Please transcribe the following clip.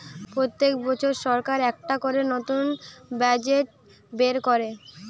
পোত্তেক বছর সরকার একটা করে নতুন বাজেট বের কোরে